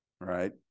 right